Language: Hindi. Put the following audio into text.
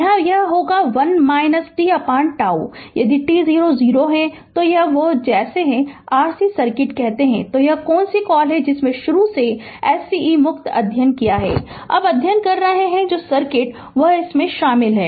यहाँ यह भी होगा 1 tτ यदि t0 0 तो यह वह है जिसे Rc सर्किट कहते हैं कि कौन सी कॉल जिसने शुरू में sce मुक्त अध्ययन किया है अब अध्ययन कर रहे हैं जो कि सर्किट में शामिल है